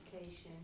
education